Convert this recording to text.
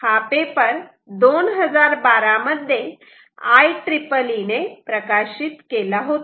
हा पेपर 2012 मध्ये IEEE ने प्रकाशित केला होता